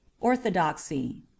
Orthodoxy